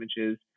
images